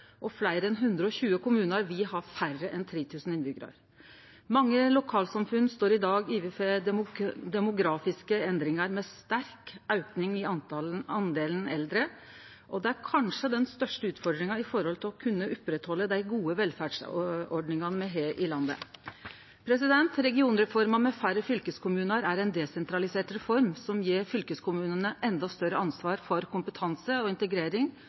og fleire enn 120 kommunar vil ha færre enn 3 000 innbyggjarar. Mange lokalsamfunn står i dag overfor demografiske endringar, med sterk auke i den eldre delen av befolkninga , og det er kanskje den største utfordringa når det gjeld det å kunne halde oppe dei gode velferdsordningane vi har i landet. Regionreforma, med færre fylkeskommunar, er ei desentralisert reform som gjev fylkeskommunane endå større ansvar for kompetanse og integrering,